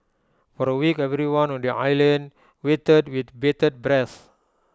for A week everyone on the island waited with bated breath